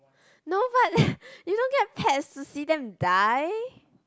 no but you don't get pets to see them die